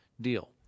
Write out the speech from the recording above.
deal